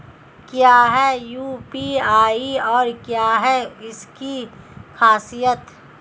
क्या है यू.पी.आई और क्या है इसकी खासियत?